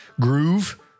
groove